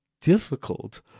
difficult